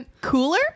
cooler